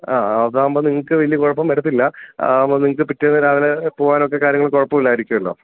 ആ അതാവുമ്പം നിങ്ങൾക്ക് വലിയ കുഴപ്പം വരത്തില്ല അതാവുമ്പം നിങ്ങൾക്ക് പിറ്റേന്ന് രാവിലെ പോവാനൊക്കെ കാര്യങ്ങൾ കുഴപ്പം ഇല്ലായിരിക്കുമല്ലോ